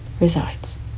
resides